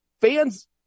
Fans